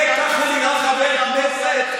ככה נראה חבר כנסת?